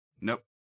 Nope